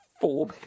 four